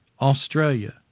Australia